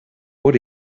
what